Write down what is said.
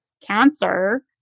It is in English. cancer